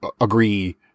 agree